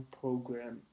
program